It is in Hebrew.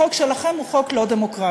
החוק שלכם הוא חוק לא דמוקרטי.